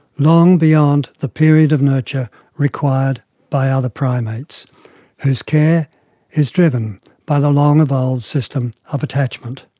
long beyond the period of nurture required by other primates whose care is driven by the long evolved system of attachment.